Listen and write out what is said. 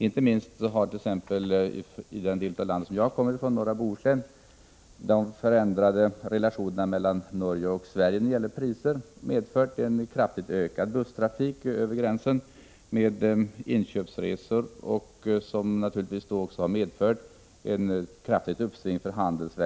Inte minst i den del av landet som jag kommer ifrån, norra Bohuslän, har de förändrade relationerna mellan Norge och Sverige när det gäller priser medfört en kraftigt ökad busstrafik över gränsen med inköpsresor, vilket naturligtvis också har medfört ett kraftigt uppsving för handeln.